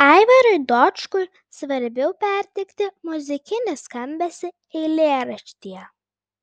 aivarui dočkui svarbiau perteikti muzikinį skambesį eilėraštyje